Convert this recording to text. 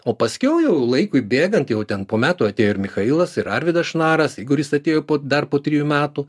o paskiau jau laikui bėgant jau ten po metų atėjo ir michailas ir arvydas šnarasigoris atėjo po dar po trijų metų